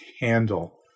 handle